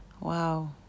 Wow